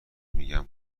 میگن